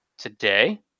today